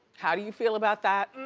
how do you feel about that?